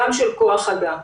גם של כוח אדם.